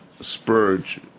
spurge